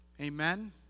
Amen